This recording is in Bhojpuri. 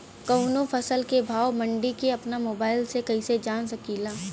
कवनो फसल के भाव मंडी के अपना मोबाइल से कइसे जान सकीला?